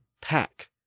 pack